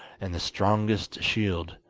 and the strongest shield.